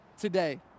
today